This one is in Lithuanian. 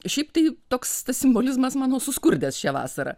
šiaip tai toks simbolizmas mano suskurdęs šią vasarą